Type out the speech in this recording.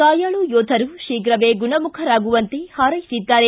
ಗಾಯಾಳು ಯೋಧರು ಶೀಪ್ರವೇ ಗುಣಮುಖರಾಗುವಂತೆ ಹಾರೈಸಿದ್ದಾರೆ